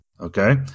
Okay